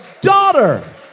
daughter